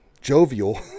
Jovial